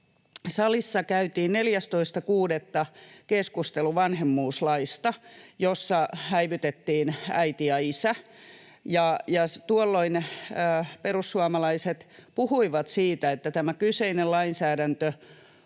salissa käytiin 14.6. keskustelu vanhemmuuslaista, jossa häivytettiin äiti ja isä, ja tuolloin perussuomalaiset puhuivat siitä, että tämä kyseinen lainsäädäntö